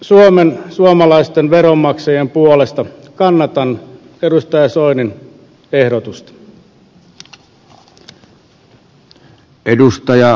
suomen suomalaisten veronmaksajien puolesta kannatan edustaja soinin ehdotusta